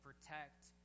protect